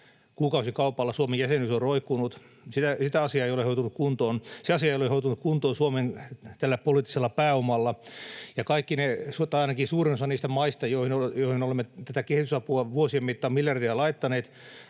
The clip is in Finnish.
kuukausikaupalla Suomen jäsenyys on roikkunut, se asia ei ole hoitunut kuntoon Suomen poliittisella pääomalla. Ja kaikki tai ainakin suurin osa niistä maista, joihin olemme tätä kehitysapua vuosien mittaan miljardeja laittaneet,